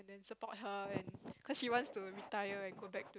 and then support her and cause she wants to retire and go back